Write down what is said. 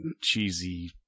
cheesy